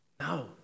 No